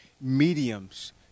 mediums